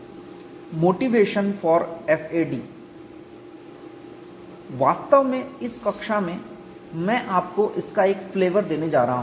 संदर्भ स्लाइड समय देखें 2039 मोटिवेशन फॉर FAD वास्तव में इस कक्षा में मैं आपको इसका एक फ्लेवर देने जा रहा हूं